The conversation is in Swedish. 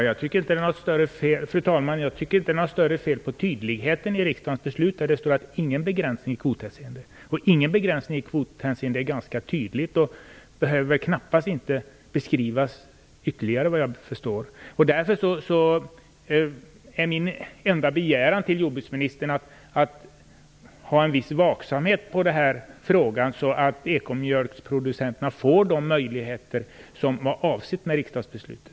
Fru talman! Jag tycker inte att det är något större fel på tydligheten i riksdagens beslut. Det står att det inte skall vara någon begränsning i kvothänseende. Uttrycket "ingen begränsning i kvothänseende" är ganska tydligt. Såvitt jag förstår behöver det väl knappast beskrivas ytterligare. Därför är min enda begäran till jordbruksministern att hon skall ha en viss vaksamhet när det gäller den här frågan så att ekomjölksproducenterna får de möjligheter som var avsedda med riksdagsbeslutet.